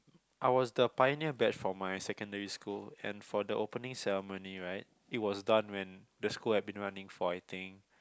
I was the pioneer batch for my secondary school and for the opening ceremony right it was done when this school have been running for I think